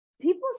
People